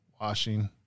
washing